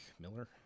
Miller